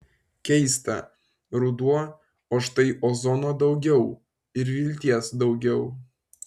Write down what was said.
keista ruduo o štai ozono daugiau ir vilties daugiau